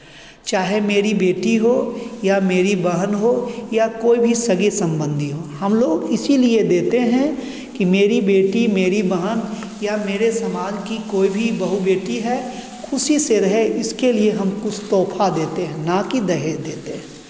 चाहे मेरी बेटी हो या मेरी बहन हो या कोई भी सगे सम्बन्धी हो हमलोग इसीलिए देते हैं कि मेरी बेटी मेरी बहन या मेरे समाज की कोई भी बहु बेटी है खुशी से रहे इसके लिए हम कुछ तोहफ़ा देते हैं ना कि दहेज देते हैं